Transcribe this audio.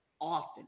often